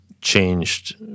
changed